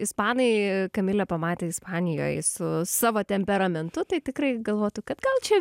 ispanai kamilę pamatę ispanijoj su savo temperamentu tai tikrai galvotų kad gal čia